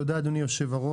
תודה, אדוני היושב-ראש.